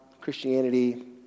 Christianity